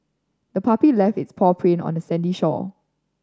the puppy left its paw print on the sandy shore